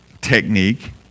technique